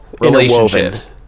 relationships